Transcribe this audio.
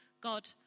God